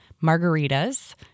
Margarita's